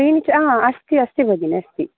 क्रीञ्च हा अस्ति अस्ति भगिनी अस्ति